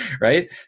Right